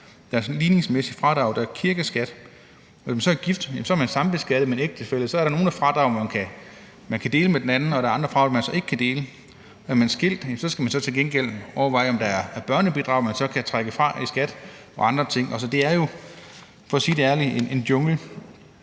der er ligningsmæssigt fradrag, der er kirkeskat, og hvis man så er gift, er man sambeskattet med en ægtefælle, og så er der nogle fradrag, man kan dele med den anden, og der er andre fradrag, man så ikke kan dele. Er man skilt, skal man så til gengæld overveje, om der er børnebidrag, man så kan trække fra i skat og andre ting. Det er jo for at sige det ærligt en jungle.